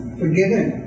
forgiven